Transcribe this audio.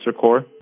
core